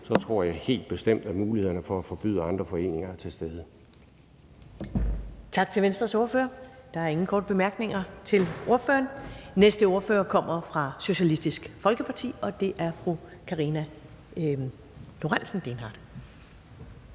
tror jeg helt bestemt, at mulighederne for at forbyde andre foreninger er til stede. Kl. 10:29 Første næstformand (Karen Ellemann): Tak til Venstres ordfører. Der er ingen korte bemærkninger til ordføreren. Den næste ordfører kommer fra Socialistisk Folkeparti, og det er fru Karina Lorentzen Dehnhardt.